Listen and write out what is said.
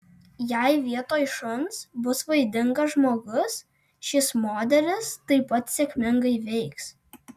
jei vietoj šuns bus vaidingas žmogus šis modelis taip pat sėkmingai veiks